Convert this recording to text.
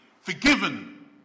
forgiven